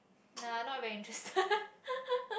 nah I not very interested